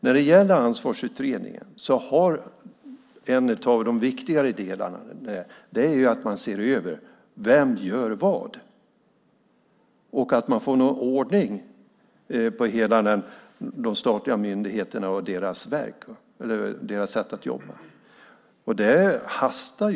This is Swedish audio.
När det gäller Ansvarsutredningen är en av de viktigare delarna att man ser över vem som gör vad och att man får ordning på de statliga myndigheterna och deras sätt att jobba. Det hastar.